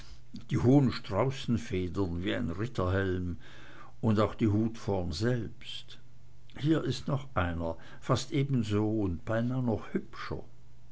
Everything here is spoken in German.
die hohen straußfedern wie ein ritterhelm und auch die hutform selbst hier ist noch einer fast ebenso und beinah noch hübscher